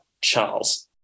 Charles